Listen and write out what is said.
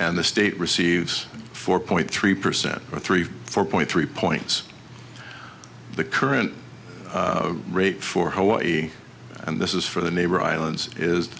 and the state receives four point three percent or three four point three points the current rate for hawaii and this is for the neighbor islands is